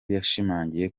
yashimangiye